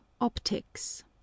Optics